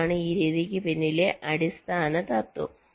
ഇതാണ് ഈ രീതിക്ക് പിന്നിലെ അടിസ്ഥാന തത്വം